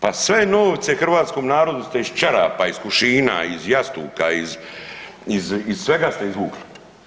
Pa sve novce hrvatskom narodu ste iz čarapa, iz kušina, iz jastuka, iz, iz, iz svega ste izvukli.